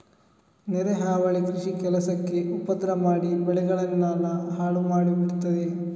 ನೆರೆ ಹಾವಳಿ ಕೃಷಿ ಕೆಲಸಕ್ಕೆ ಉಪದ್ರ ಮಾಡಿ ಬೆಳೆಗಳನ್ನೆಲ್ಲ ಹಾಳು ಮಾಡಿ ಬಿಡ್ತದೆ